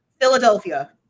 Philadelphia